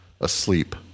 Asleep